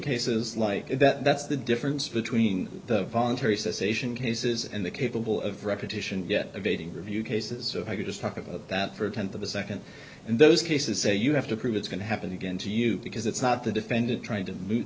cases like that that's the difference between the voluntary cessation cases and the capable of repetition evading review cases so i could just talk about that for a tenth of a second and those cases say you have to prove it's going to happen again to you because it's not the defendant trying to